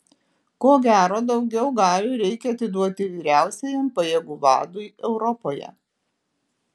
ko gero daugiau galių reikia atiduoti vyriausiajam pajėgų vadui europoje